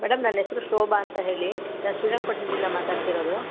madam ನನ್ನ ಹೆಸರು ಶೋಭಾ ಅಂತ ಹೇಳಿ ನಾನು ಶ್ರೀರಂಗಪಟ್ಣದಿಂದ ಮಾತಾಡ್ತಿರೋದು